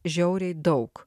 žiauriai daug